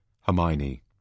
Hermione